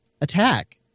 attack